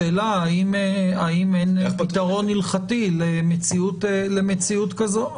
השאלה היא האם אין פתרון הלכתי למציאות כזו.